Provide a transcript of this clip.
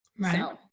Right